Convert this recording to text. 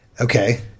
Okay